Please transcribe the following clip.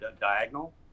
diagonal